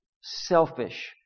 selfish